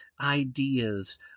ideas